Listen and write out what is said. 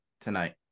tonight